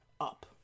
up